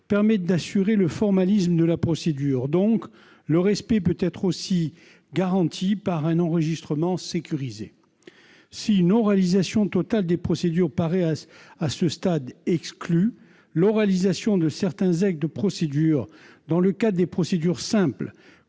écrite garantit le formalisme de la procédure, dont le respect peut être aussi garanti par un enregistrement sécurisé. Si une oralisation totale des procédures paraît exclue à ce stade, l'oralisation de certains actes de procédure, dans le cadre de procédures simples,